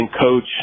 coach